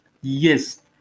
Yes